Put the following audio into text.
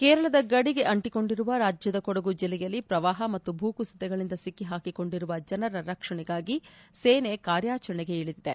ಕೇರಳದ ಗಡಿಗೆ ಅಂಟಿಕೊಂಡಿರುವ ರಾಜ್ಯದ ಕೊಡಗು ಜಿಲ್ಲೆಯಲ್ಲಿ ಪ್ರವಾಹ ಮತ್ತು ಭೂಕುಸಿತಗಳಿಂದ ಸಿಕ್ಕಿ ಹಾಕಿಕೊಂಡಿರುವ ಜನರ ರಕ್ಷಣೆಗಾಗಿ ಸೇನೆ ಕಾರ್ಯಾಚರಣೆಗೆ ಇಳಿದಿದೆ